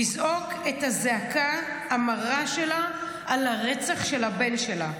לזעוק את הזעקה המרה שלה על הרצח של הבן שלה.